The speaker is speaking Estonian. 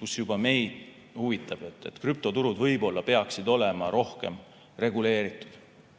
kus juba meid huvitab, et krüptoturud võib-olla peaksid olema rohkem reguleeritud.